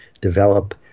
develop